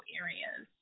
areas